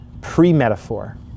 pre-metaphor